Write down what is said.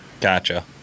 gotcha